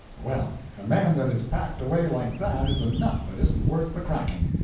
well, a man that is packed away like that is a nut that isn't worth the cracking,